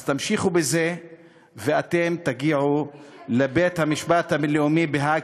אז תמשיכו בזה ואתם תגיעו לבית-המשפט הבין-לאומי בהאג,